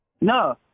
No